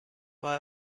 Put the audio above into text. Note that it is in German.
war